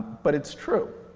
but it's true,